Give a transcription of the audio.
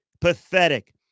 pathetic